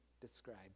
describe